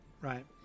right